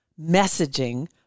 messaging